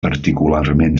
particularment